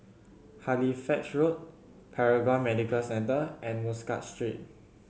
Halifax Road Paragon Medical Centre and Muscat Street